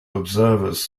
observers